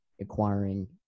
acquiring